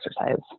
exercise